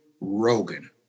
Rogan